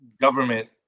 government